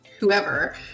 whoever